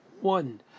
one